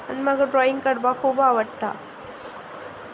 आनी म्हाका ड्रॉइंग काडपाक खूब आवडटा